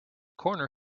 corner